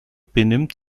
benimmt